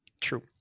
True